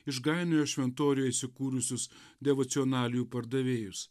išgainiojo šventoriuje įsikūrusius devocionalijų pardavėjus